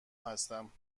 هستم